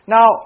Now